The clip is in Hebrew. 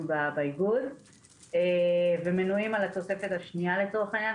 באיגוד ומנויים על התוספת השנייה לצורך העניין,